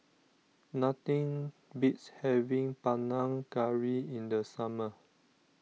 nothing beats having Panang Curry in the summer